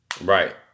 Right